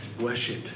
worship